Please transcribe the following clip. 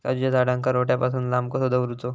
काजूच्या झाडांका रोट्या पासून लांब कसो दवरूचो?